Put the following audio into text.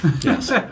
Yes